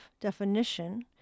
definition